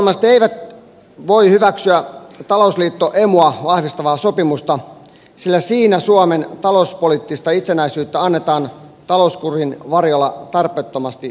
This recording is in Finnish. perussuomalaiset eivät voi hyväksyä talousliitto emua vahvistavaa sopimusta sillä siinä suomen talouspoliittista itsenäisyyttä annetaan talouskurin varjolla tarpeettomasti pois